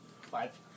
Five